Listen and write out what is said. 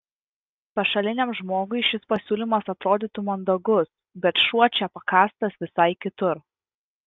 pašaliniam žmogui šis pasiūlymas atrodytų mandagus bet šuo čia pakastas visai kitur